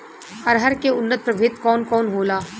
अरहर के उन्नत प्रभेद कौन कौनहोला?